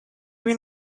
been